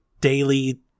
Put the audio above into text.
daily